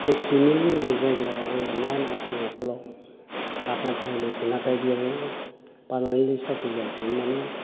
बे किमिन होन्नाय जायगायाव आङो नाइन आसाम राइफलाव हाबनानै थाहैनायसै नाथाय बेयावबो पारमानेन्टलि साख्रि जायाखैमोन माने